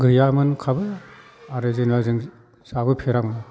गैयामोनखाबो आरो जोङो जों जाबोफेरामोन